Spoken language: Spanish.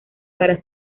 para